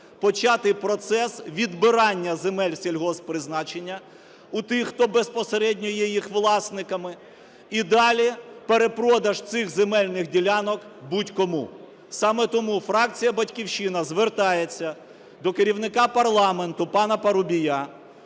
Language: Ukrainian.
почати процес відбирання земель сільгосппризначення у тих, хто безпосередньо є їх власниками, і далі перепродаж цих земельних ділянок будь-кому. Саме тому фракція "Батьківщина" звертається до керівника парламенту пана Парубія,